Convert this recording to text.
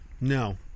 No